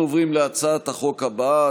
אנחנו עוברים להצעת החוק הבאה,